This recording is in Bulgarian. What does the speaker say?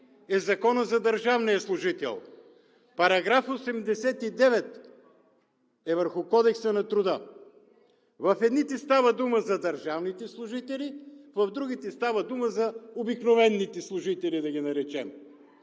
по Закона за държавния служител, § 89 е върху Кодекса на труда. В едните става дума за държавните служители, в другите става дума за обикновените служители да ги наречем.